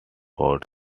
ford